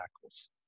tackles